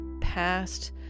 past